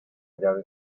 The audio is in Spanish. llave